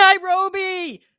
Nairobi